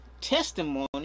testimony